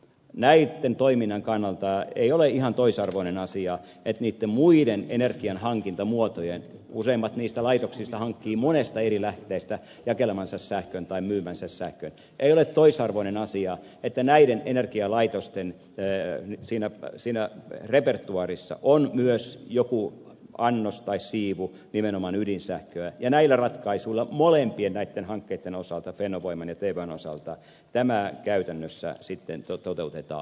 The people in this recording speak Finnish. näitten toiminnan kannalta ei ole ihan toisarvoinen asia että näiden energialaitosten useimmat niistä laitoksista hankkivat monesta eri lähteestä jakelemansa sähkön tai myymänsä sähkön ei ole toisarvoinen asia että näiden energialaitosten perää siinä sinä repertoaarissa on myös jokin annos tai siivu nimenomaan ydinsähköä ja näillä ratkaisuilla molempien näitten hankkeitten osalta fennovoiman ja tvon osalta tämä käytännössä sitten toteutetaan